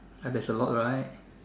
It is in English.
ya there's a lot right